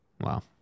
wow